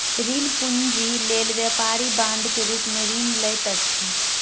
ऋण पूंजी लेल व्यापारी बांड के रूप में ऋण लैत अछि